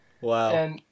Wow